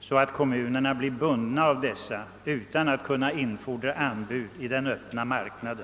så att kommunerna blir bundna och inte kan infordra anbud på den öppna marknaden.